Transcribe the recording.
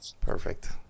Perfect